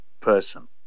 person